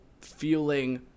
feeling